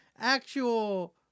actual